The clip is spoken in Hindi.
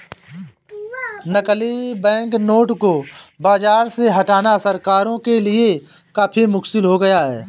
नकली बैंकनोट को बाज़ार से हटाना सरकारों के लिए काफी मुश्किल हो गया है